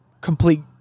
complete